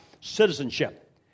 citizenship